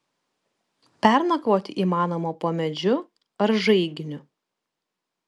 pernakvoti įmanoma po medžiu ar žaiginiu